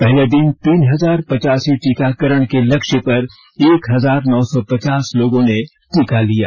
पहले दिन तीन हजार पचासी टीकाकरण के लक्ष्य पर एक हजार नौ सौ पचास लोगों ने टीका लिया